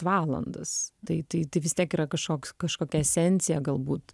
valandas tai tai tai vis tiek yra kažkoks kažkokia esencija galbūt